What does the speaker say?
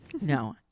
No